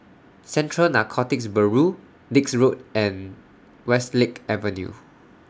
Central Narcotics Bureau Dix Road and Westlake Avenue